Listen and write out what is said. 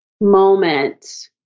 moment